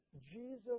Jesus